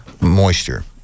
moisture